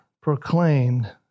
proclaimed